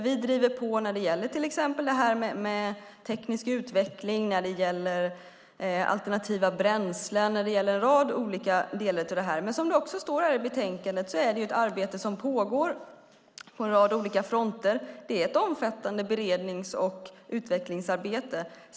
Vi driver på när det gäller teknisk utveckling, alternativa bränslen och annat. Som det står i betänkandet pågår arbetet på en rad olika fronter. Det är ett omfattande berednings och utvecklingsarbete.